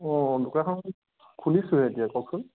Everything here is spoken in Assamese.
অঁ দোকানখন খুলিছোঁহে এতিয়া কওকচোন